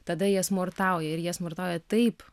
tada jie smurtauja ir jie smurtauja taip